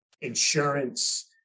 insurance